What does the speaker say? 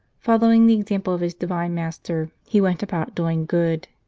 following the example of his divine master, he went about doing good.